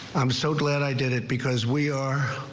i'm so glad i did it because we are.